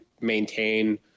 maintain